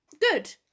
good